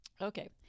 Okay